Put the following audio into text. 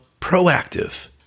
proactive